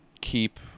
keep